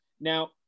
now